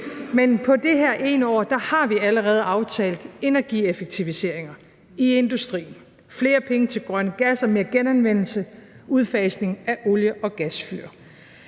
Men på det her ene år har vi allerede aftalt energieffektiviseringer i industrien, flere penge til grønne gasser, mere genanvendelse, udfasning af olie- og gasfyr.